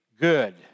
good